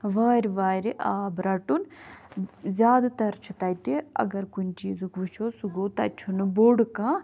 وارِ وارِ آب رَٹُن زیادٕ تَر چھُ تَتہِ اگر کُنہِ چیٖزُک وُچھو سُہ گوٚو تَتہِ چھُنہٕ بوٚڑ کانٛہہ